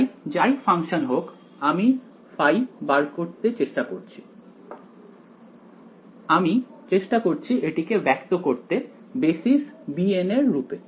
তাই যাই ফাংশন হোক আমি ϕ বার করার চেষ্টা করছি আমি চেষ্টা করছি এটিকে ব্যক্ত করতে বেসিস bn এর রুপে